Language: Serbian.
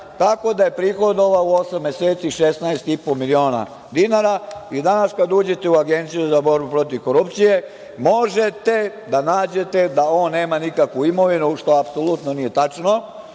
tako da je prihodovao za osam meseci 16,5 miliona dinara. Danas kada uđete u Agenciju za borbu protiv korupcije možete da nađete da on nema nikakvu imovinu, što apsolutno nije tačno.